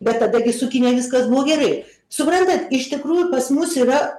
bet tada gi su kinija viskas buvo gerai suprantat iš tikrųjų pas mus yra